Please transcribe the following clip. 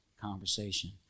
conversation